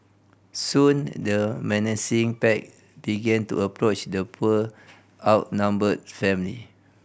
soon the menacing pack began to approach the poor outnumbered family